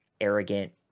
arrogant